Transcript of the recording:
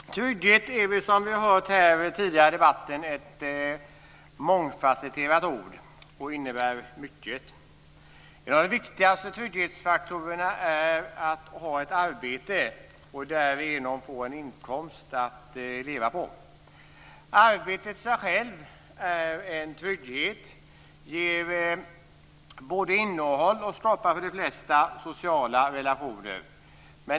Fru talman! Trygghet är som vi har hört tidigare i debatten ett mångfasetterat ord och innebär mycket. Den viktigaste trygghetsfaktorn är att ha ett arbete och därigenom få en inkomst att leva på. Arbetet är i sig självt en trygghet. Det ger både innehåll och skapar för de flesta sociala relationer.